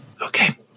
Okay